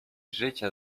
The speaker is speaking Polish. życia